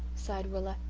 sighed rilla.